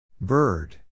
Bird